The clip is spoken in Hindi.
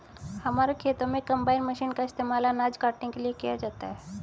हमारे खेतों में कंबाइन मशीन का इस्तेमाल अनाज काटने के लिए किया जाता है